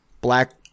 black